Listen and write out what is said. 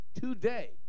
today